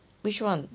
which one